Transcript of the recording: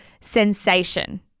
sensation